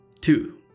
two